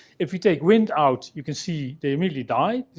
if you take wnt out, you can see they immediately die.